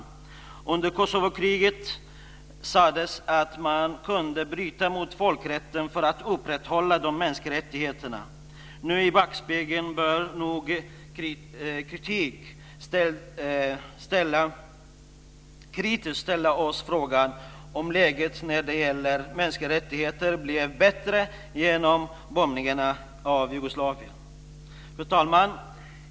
Det sades under Kosovokriget att man kunde bryta mot folkrätten för att upprätthålla de mänskliga rättigheterna. När vi nu ser i backspegeln bör vi nog kritiskt ställa oss frågan om läget när det gäller mänskliga rättigheter blev bättre genom bombningarna av Jugoslavien. Fru talman!